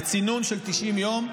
בצינון של 90 יום,